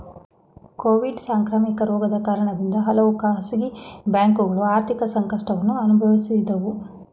Covid ಸಾಂಕ್ರಾಮಿಕ ರೋಗದ ಕಾರಣದಿಂದ ಹಲವು ಖಾಸಗಿ ಬ್ಯಾಂಕುಗಳು ಆರ್ಥಿಕ ಸಂಕಷ್ಟವನ್ನು ಅನುಭವಿಸಿದವು